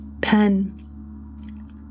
pen